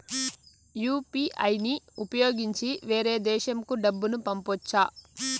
UPI ని ఉపయోగించి వేరే దేశంకు డబ్బును పంపొచ్చా?